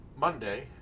Monday